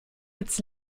als